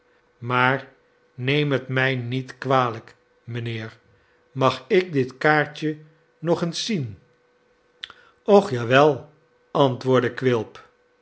maar neem het mij niet kwalijk mijnheer mag ik dit kaartje nog eens zien och ja wel antwoordde quilp